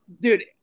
Dude